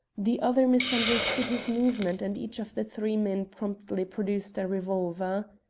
the other misunderstood his movement, and each of the three men promptly produced a revolver.